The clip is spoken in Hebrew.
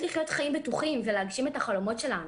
לחיות חיים בטוחים ולהגשים את החלומות שלנו.